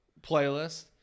playlist